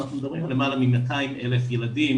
אנחנו מדברים על למעלה מ-200,000 ילדים